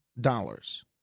dollars